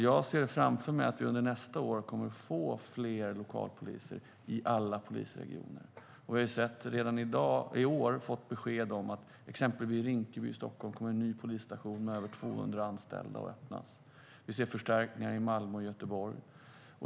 Jag ser framför mig att vi under nästa år kommer att få fler lokalpoliser i alla polisregioner. Vi har redan i år fått besked om att i exempelvis Rinkeby i Stockholm kommer en ny polisstation med över 200 anställda att öppnas. Vi ser förstärkningar i Malmö och Göteborg.